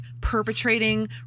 perpetrating